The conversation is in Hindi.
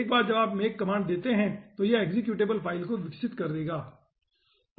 एक बार जब आप make कमांड देते हैं तो यह एक्सेक्यूटबल फ़ाइलों को विकसित करेगा